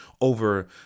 over